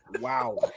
wow